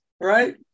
Right